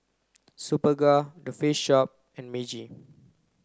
Superga The Face Shop and Meiji